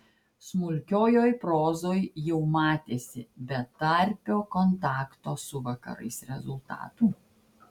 smulkiojoj prozoj jau matėsi betarpio kontakto su vakarais rezultatų